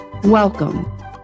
Welcome